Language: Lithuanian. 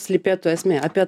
slypėtų esmė apie